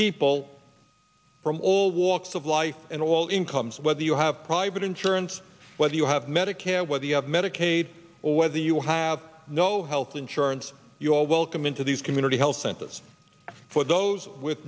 people from all walks of life and all incomes whether you have private insurance whether you have medicare whether you have medicaid or whether you have no health insurance your welcome into these community health centers for those with